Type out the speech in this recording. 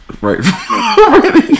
Right